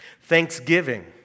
Thanksgiving